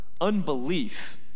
Unbelief